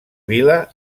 vila